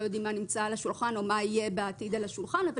יודעים מה נמצא על השולחן או מה יהיה בעתיד על השולחן אבל